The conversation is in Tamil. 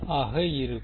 ஆக இருக்கும்